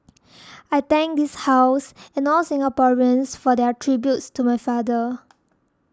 I thank this House and all Singaporeans for their tributes to my father